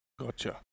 Gotcha